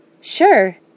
sure